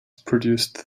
produced